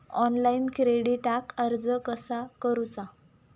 Online क्रेडिटाक अर्ज कसा करुचा?